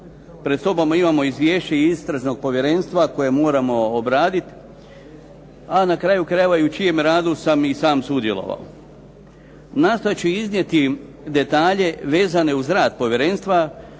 pred sobom imamo izvješće Istražnog povjerenstva koje moramo obraditi, a na kraju u čijem radu sam i sam sudjelovao. Nastojati ću iznijeti detalje vezane uz rad povjerenstva